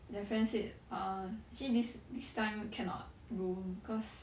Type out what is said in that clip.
that friend say err actually this this time cannot room cause